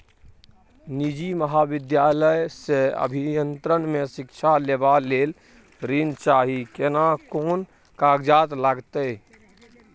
निजी महाविद्यालय से अभियंत्रण मे शिक्षा लेबा ले ऋण चाही केना कोन कागजात लागतै?